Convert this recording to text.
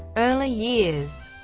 early years